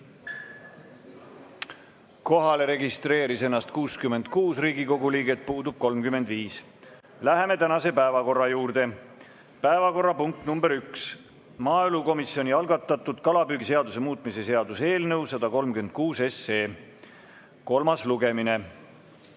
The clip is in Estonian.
Kohalolijaks registreeris ennast 66 Riigikogu liiget, puudub 35. Läheme tänase päevakorra juurde. Päevakorrapunkt nr 1: maaelukomisjoni algatatud kalapüügiseaduse muutmise seaduse eelnõu 136 kolmas lugemine.